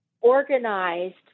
organized